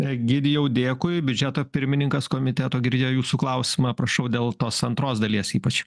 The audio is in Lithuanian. egidijau dėkui biudžeto pirmininkas komiteto girdėjo jūsų klausimą prašau dėl tos antros dalies ypač